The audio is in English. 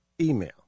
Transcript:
email